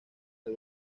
del